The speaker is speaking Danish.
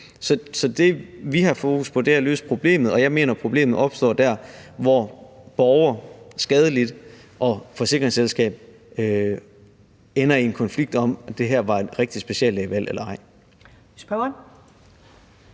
Så det, vi har fokus på, er at løse problemet. Og jeg mener, at problemet opstår der, hvor borger, altså skadelidte, og forsikringsselskab ender i en konflikt om, om det her var et rigtigt speciallægevalg eller ej.